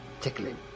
Tickling